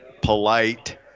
polite